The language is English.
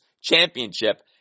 championship